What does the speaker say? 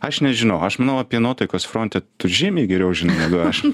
aš nežinau aš manau apie nuotaikas fronte tu žymiai geriau žinai negu aš